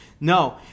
no